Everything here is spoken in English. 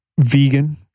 vegan